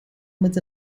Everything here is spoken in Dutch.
met